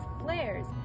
flares